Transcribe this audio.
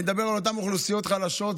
אני מדבר על אותן אוכלוסיות חלשות.